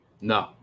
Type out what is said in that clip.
No